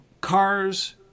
cars